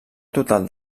total